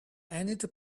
anita